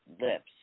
lips